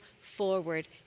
forward